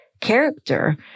character